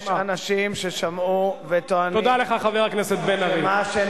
יש אנשים ששמעו וטוענים, שדדו את קופת המדינה.